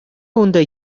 унта